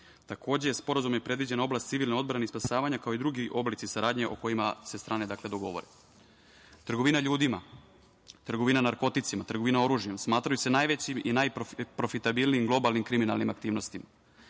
Sporazumom je predviđena oblast civilne odbrane i spasavanje, kao i drugi oblici saradnje o kojima se strane dogovore. Trgovina ljudima, trgovina narkoticima, trgovina oružjem smatraju se najvećim i najprofitabilnijim globalnim kriminalnim aktivnostima.